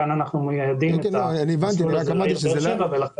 כאן אנחנו מייעדים את המסלול הזה לעיר באר שבע.